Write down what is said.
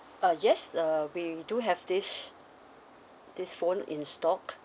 ah yes uh we do have this this phone in stock